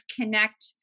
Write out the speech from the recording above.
connect